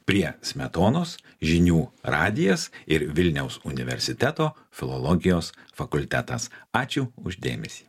prie smetonos žinių radijas ir vilniaus universiteto filologijos fakultetas ačiū už dėmesį